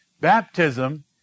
Baptism